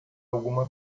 alguma